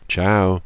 Ciao